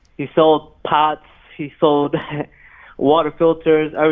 he sold pots, he sold water filters,